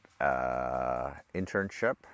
internship